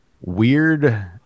weird